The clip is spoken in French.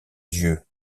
dieu